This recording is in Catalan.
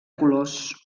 colors